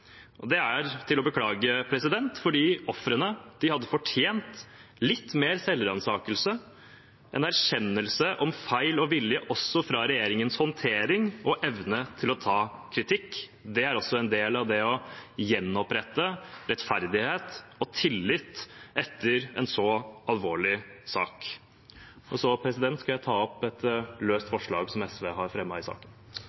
Det er å beklage, for ofrene hadde fortjent litt mer selvransakelse, en erkjennelse om feil og vilje også fra regjeringens håndtering og evne til å ta kritikk. Det er også en del av det å gjenopprette rettferdighet og tillit etter en så alvorlig sak. Jeg tar opp det løse forslaget som SV har fremmet i saken. Representanten Freddy André Øvstegård har tatt opp